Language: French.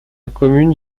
commune